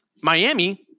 Miami